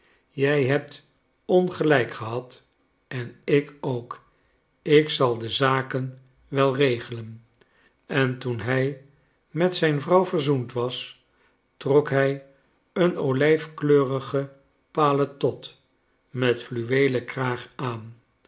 jij hebt ongelijk gehad en ik ook ik zal de zaken wel regelen en toen hij met zijn vrouw verzoend was trok hij een olijfkleurige paletot met fluweelen kraag aan